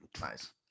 Nice